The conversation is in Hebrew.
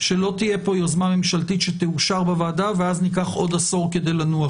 שלא תהיה פה יוזמה ממשלתית שתאושר בוועדה ואז ניקח עוד עשור כדי לנוח.